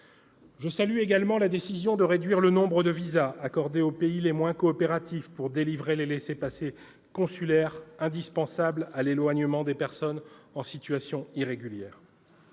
Je salue également la décision de réduire le nombre de visas accordés aux pays les moins coopératifs pour délivrer les laissez-passer consulaires indispensables à l'éloignement des personnes en situation irrégulière.